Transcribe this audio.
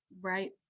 Right